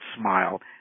smile